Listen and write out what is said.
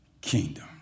kingdom